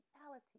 reality